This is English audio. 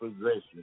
possession